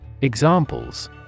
Examples